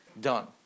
done